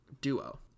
duo